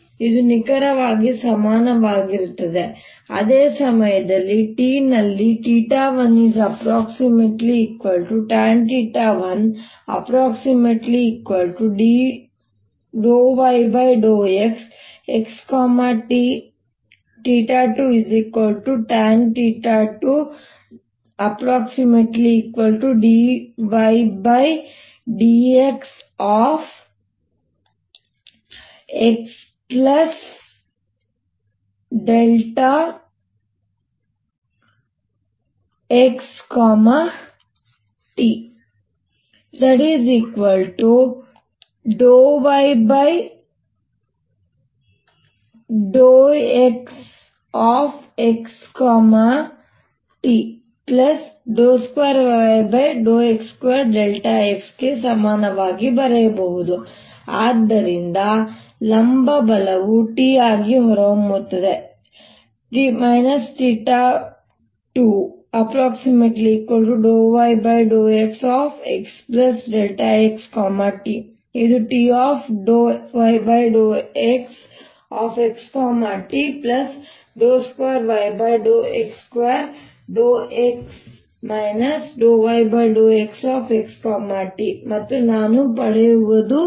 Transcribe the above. ಇದು ನಿಖರವಾಗಿ ಸಮಾನವಾಗಿರುತ್ತದೆ ಅದೇ ಸಮಯದಲ್ಲಿ t ನಲ್ಲಿ1≈tan 1∂y∂xxt tan 2∂y∂xxxt∂y∂xxt2yx2x ಗೆ ಸಮಾನವಾಗಿ ಬರೆಯಬಹುದು ಆದ್ದರಿಂದ ಲಂಬ ಬಲವು T ಆಗಿ ಹೊರಹೊಮ್ಮುತ್ತದೆ 2∂y∂xxxt ಇದು T∂y∂xxt2yx2x ∂y∂xxt ಮತ್ತು ನಾನು ಪಡೆಯುವುದು ಇದನ್ನೇ